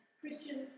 Christian